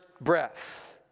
breath